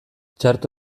txarto